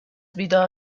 بیدار